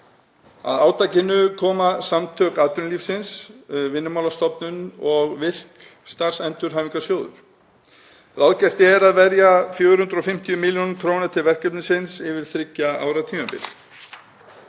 Að átakinu koma Samtök atvinnulífsins, Vinnumálastofnun og VIRK Starfsendurhæfingarsjóður. Ráðgert er að verja 450 millj. kr. til verkefnisins yfir þriggja ára tímabil.